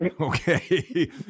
Okay